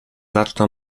zaczną